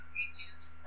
reduce